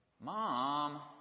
Mom